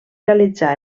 realitzar